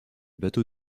bateau